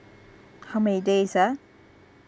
how many days ah